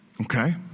Okay